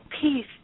peace